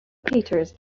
peters